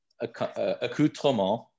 accoutrement